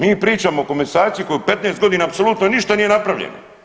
Mi pričamo o komasaciji koju u 15 godina apsolutno ništa nije napravljeno.